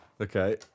Okay